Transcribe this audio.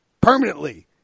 permanently